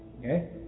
Okay